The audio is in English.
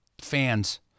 fans